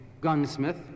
gunsmith